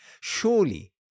Surely